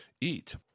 eat